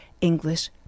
English